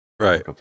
Right